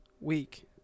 week